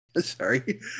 sorry